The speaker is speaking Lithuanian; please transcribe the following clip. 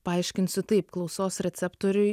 paaiškinsiu taip klausos receptoriui